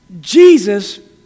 Jesus